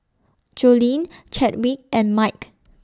Joleen Chadwick and Mike